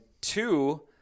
two